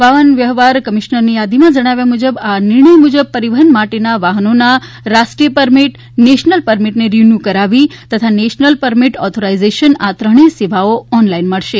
વાહન વ્યવહાર કમિશનરની યાદીમાં જણાવ્યા મુજબ આ નિર્ણય મુજબ પરિવહન માટેના વાહનોના રાષ્ટ્રીય પરમીટ નેશનલ પરમીટને રીન્યુ કરાવવી તથા નેશનલ પરમીટ ઓથોરાઈઝેશન આ ત્રણેય સેવાઓ ઓનલાઈન મળશે